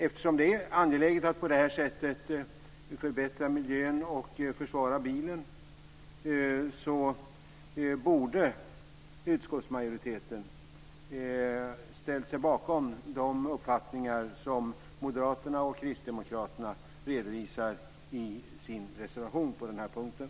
Eftersom det är angeläget att på detta sätt förbättra miljön och försvara bilen borde utskottsmajoriteten ställt sig bakom de uppfattningar som Moderaterna och Kristdemokraterna redovisar i sin reservation på den här punkten.